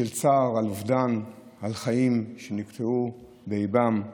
של צער על אובדן, על חיים שנקטעו באיבם.